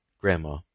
GRANDMA